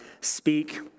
speak